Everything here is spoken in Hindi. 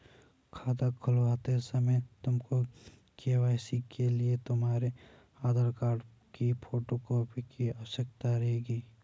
खाता खुलवाते समय तुमको के.वाई.सी के लिए तुम्हारे आधार कार्ड की फोटो कॉपी की आवश्यकता रहेगी